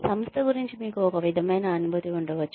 సంస్థ గురించి మీకు ఒక విధమైన అనుభూతి ఉండవచ్చు